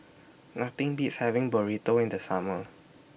Nothing Beats having Burrito in The Summer